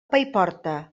paiporta